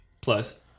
Plus